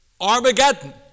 Armageddon